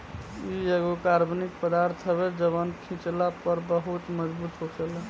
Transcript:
इ एगो कार्बनिक पदार्थ हवे जवन खिचला पर बहुत मजबूत होखेला